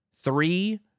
Three